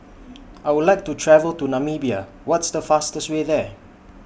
I Would like to travel to Namibia What's The fastest Way There